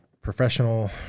Professional